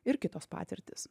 ir kitos patirtys